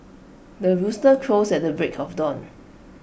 the rooster crows at the break of dawn